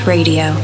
Radio